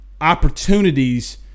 opportunities